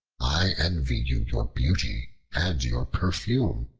i envy you your beauty and your perfume.